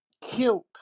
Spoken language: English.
killed